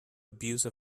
abuse